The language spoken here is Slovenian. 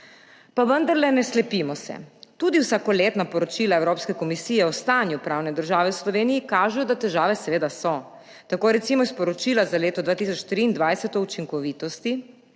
Pa vendarle, ne slepimo se, tudi vsakoletna poročila Evropske komisije o stanju pravne države v Sloveniji kažejo, da težave seveda so. Tako recimo iz poročila za leto 2023 o učinkovitosti,